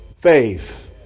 faith